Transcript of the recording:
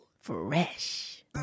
Fresh